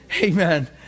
Amen